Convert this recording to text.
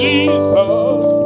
Jesus